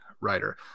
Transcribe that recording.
Writer